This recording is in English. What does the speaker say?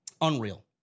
Unreal